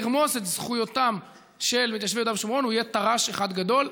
לרמוס את זכויותיהם של מתיישבי יהודה ושומרון הוא יהיה טר"ש אחד גדול.